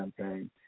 Campaign